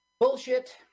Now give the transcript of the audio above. Bullshit